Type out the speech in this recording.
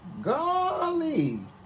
golly